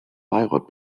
bayreuth